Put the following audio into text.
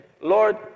Lord